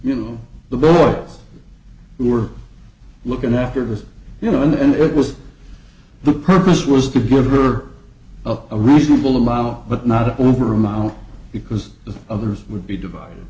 you know the royals who were looking after this you know in the end it was the purpose was to give her a reasonable amount but not over amount because the others would be divid